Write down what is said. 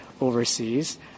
overseas